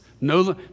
No